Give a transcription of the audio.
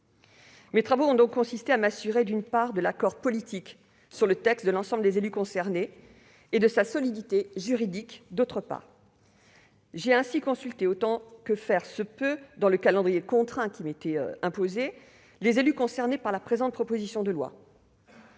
Mes travaux ont donc consisté à m'assurer, d'une part, de l'accord politique sur le texte de l'ensemble des élus concernés et, d'autre part, de sa solidité juridique. J'ai ainsi consulté autant que faire se peut dans le calendrier contraint qui m'était imposé les élus concernés par la présente proposition de loi.